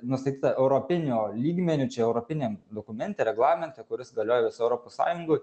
nustatyta europinio lygmeniu čia europiniem dokumente reglamente kuris galioja visoj europos sąjungoj